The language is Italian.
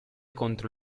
contro